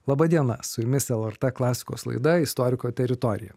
laba diena su jumis lrt klasikos laida istoriko teritorija